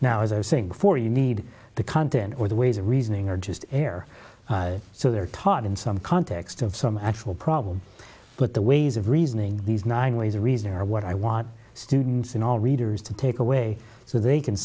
now as i was saying before you need the content or the ways of reasoning are just air so they're taught in some context of some actual problem but the ways of reasoning these nine ways of reason are what i want students and all readers to take away so they can